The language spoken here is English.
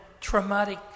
traumatic